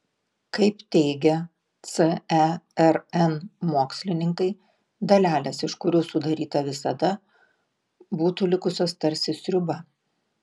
kaip teigia cern mokslininkai dalelės iš kurių sudaryta visata būtų likusios tarsi sriuba